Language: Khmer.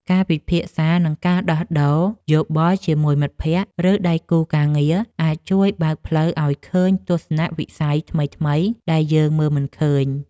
ការពិភាក្សា និងការដោះដូរយោបល់ជាមួយមិត្តភក្តិ ឬដៃគូការងារ អាចជួយបើកផ្លូវឱ្យឃើញទស្សនវិស័យថ្មីៗដែលយើងមើលមិនឃើញ។